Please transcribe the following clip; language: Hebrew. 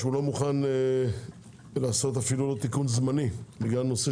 שלא מוכן לעשות אפילו לא תיקון זמני בגלל נושא